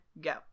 Go